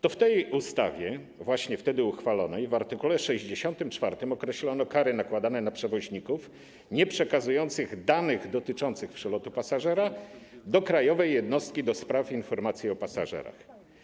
To w tej ustawie, właśnie wtedy uchwalonej, w art. 64 określono kary nakładane na przewoźników nieprzekazujących danych dotyczących przelotu pasażera do Krajowej Jednostki do spraw Informacji o Pasażerach.